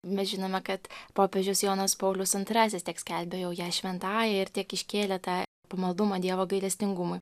mes žinome kad popiežius jonas paulius antrasis tiek skelbia jau ją šventąja ir tiek iškėlė tą pamaldumą dievo gailestingumui